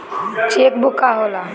Check book का होला?